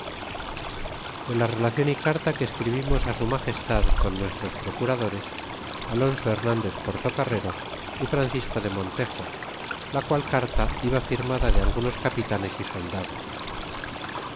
de la relaclon y carta que escribimos su atagestad con nuestros procuradores alonso demandes portocarrero y francisco de monte la qual carta iba firmada de algunos capitanes y soldados